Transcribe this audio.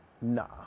Nah